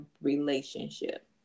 relationship